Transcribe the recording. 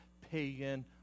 pagan